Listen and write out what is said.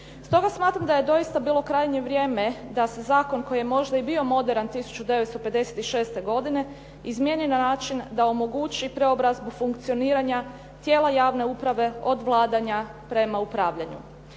Stoga smatram da je doista bilo krajnje vrijeme da se zakon koji je možda i bio moderan 1956. godine izmijeni na način da omogući preobrazbu funkcioniranja tijela javne uprave od vladanja prema upravljanju.